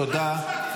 תודה.